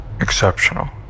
exceptional